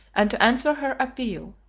and to answer her appeal.